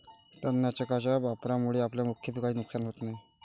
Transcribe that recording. तणनाशकाच्या वापरामुळे आपल्या मुख्य पिकाचे नुकसान होत नाही